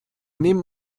nehmen